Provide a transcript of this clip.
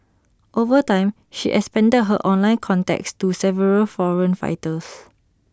over time she expanded her online contacts to several foreign fighters